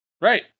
Right